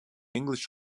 english